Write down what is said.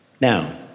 Now